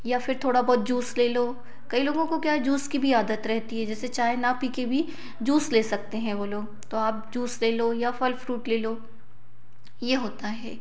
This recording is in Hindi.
या फिर थोड़ा बहुत जूस ले लो कई लोगों को क्या है जूस की भी आदत रहती है जैसे चाय न पीके भी जूस ले सकते हैं वो लोग तो आप जूस ले लो या फल फ़्रूट ले लो ये होता है